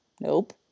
Nope